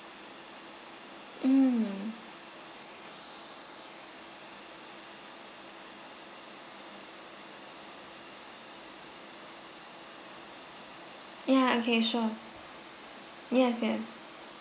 mm ya okay sure yes yes